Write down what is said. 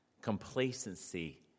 complacency